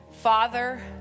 Father